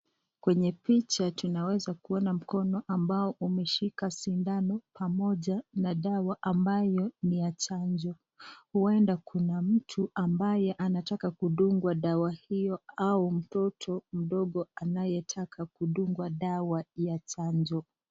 Kwenye picha tunaweza kuona mkono ambao umeshika sindano pamoja na dawa ambayo ni ya chanjo, huenda kuna mtu ambaye anataka kudugwa dawa hiyo au mtoto mdogo anayetaka kudungwa dawa ya chanjo.